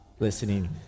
listening